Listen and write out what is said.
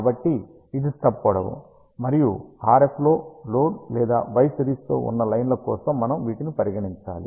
కాబట్టి ఇది స్టబ్ పొడవు మరియు RF లో లోడ్ లేదా y తో సిరీస్లో ఉన్నలైన్ల కోసం మనం వీటిని పరిగణించాలి